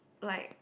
like